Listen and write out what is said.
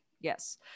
Yes